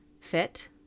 fit